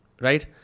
right